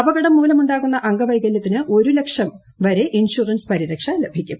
അപകടം മൂലമുണ്ടാകുന്ന അംഗവൈകലൃത്തിന് ഒരു ലക്ഷം വരെ ഇൻഷുറൻസ് പരിരക്ഷ ലഭിക്കും